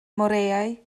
moreau